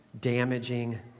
damaging